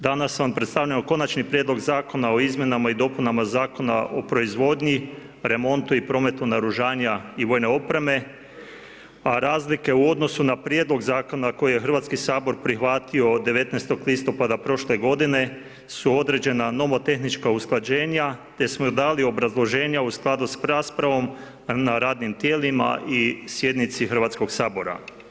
Danas vam predstavljamo Konačni prijedlog zakona o izmjenama i dopunama Zakona o proizvodnji, remontu i prometu naoružanja i vojne opreme a razlike u odnosu na Prijedlog zakona koji je Hrvatski sabor prihvatio od 19.-tog listopada prošle godine su određena nomotehnička usklađenja te smo dali obrazloženja u skladu s raspravom na radnim tijelima i sjednici Hrvatskoga sabora.